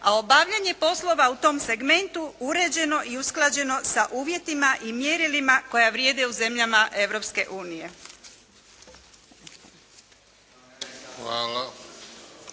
A obavljanje poslova u tom segmentu uređeno i usklađeno sa uvjetima i mjerilima koja vrijede u zemljama